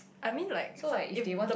I mean like some if the